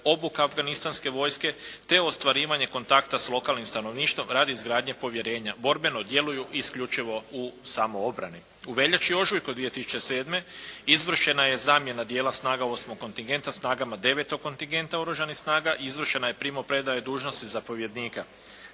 obuka afganistanske vojske te ostvarivanje kontakta s lokalnim stanovništvom radi izgradnje povjerenja. Borbeno djeluju isključivo u samoobrani. U veljači i ožujku 2007. izvršena je zamjena dijela snaga 8. kontingenta snagama 9. kontingenta oružanih snaga i izvršena je primopredaja dužnosti zapovjednika.